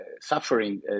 suffering